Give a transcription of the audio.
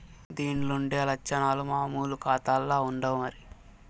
దీన్లుండే లచ్చనాలు మామూలు కాతాల్ల ఉండవు మరి